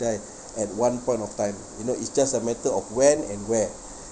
die at one point of time you know it's just a matter of when and where